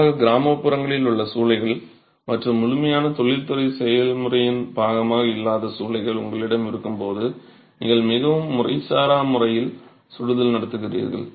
குறிப்பாக கிராமப்புறங்களில் உள்ள சூளைகள் மற்றும் முழுமையான தொழில்துறை செயல்முறையின் பாகமாக இல்லாத சூளைகள் உங்களிடம் இருக்கும் போது நீங்கள் மிகவும் முறைசாரா முறையில் சுடுதல் நடத்துகிறீர்கள்